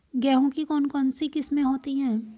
गेहूँ की कौन कौनसी किस्में होती है?